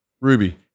Ruby